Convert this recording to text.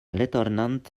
retornant